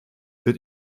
wird